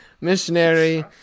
Missionary